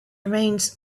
remained